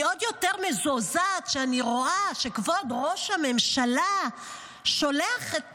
אני עוד יותר מזועזעת כשאני רואה שכבוד ראש הממשלה שולח את